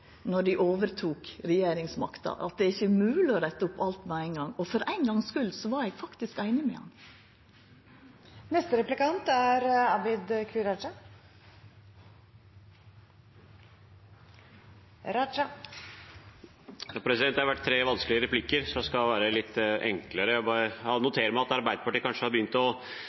overtok regjeringsmakta – at det ikkje er mogleg å retta opp alt med ein gong. Og for ein gongs skuld var eg faktisk einig med han. Det har vært tre vanskelige replikker, så jeg skal gjøre det litt enklere. Jeg noterer meg at Arbeiderpartiet kanskje har begynt å